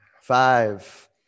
five